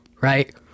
Right